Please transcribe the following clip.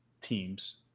teams